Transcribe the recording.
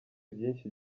byinshi